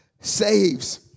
saves